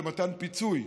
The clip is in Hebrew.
למתן פיצוי.